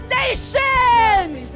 nations